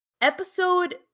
episode